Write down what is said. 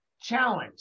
Challenge